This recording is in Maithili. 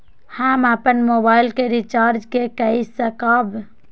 हम अपन मोबाइल के रिचार्ज के कई सकाब?